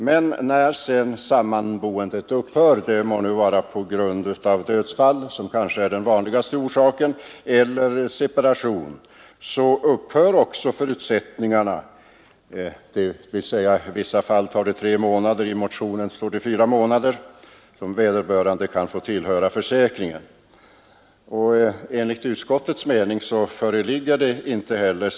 Men när sedan sammanboendet upphör — det må vara på grund av dödsfall, som kanske är den vanligaste orsaken, eller separation — upphör också förutsättningarna för försäkringen att gälla. I vissa fall kan vederbörande få tillhöra försäkringen ytterligare tre månader — i motionen står det fyra månader.